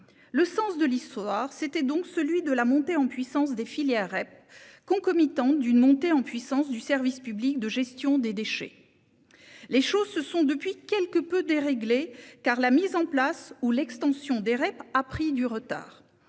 Le sens de l'Histoire était donc celui de la montée en puissance des filières REP, concomitante de celle du service public de gestion des déchets. Les choses se sont depuis quelque peu déréglées, car la mise en place ou l'extension des REP a pris du retard